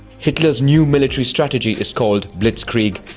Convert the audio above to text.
hitler's new military strategy is called blitzkrieg,